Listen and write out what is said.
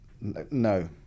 no